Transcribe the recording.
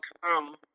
come